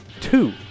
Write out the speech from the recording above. two